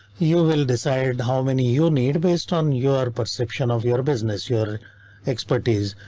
you will decide how many you need based on your perception of your business, your expertise,